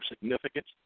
significance